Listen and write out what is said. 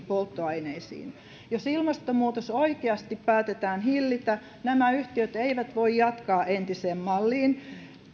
polttoaineisiin jos ilmastonmuutos oikeasti päätetään hillitä nämä yhtiöt eivät voi jatkaa entiseen malliin